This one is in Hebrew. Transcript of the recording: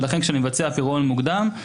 ולכן כשאני מבצע פירעון מוקדם,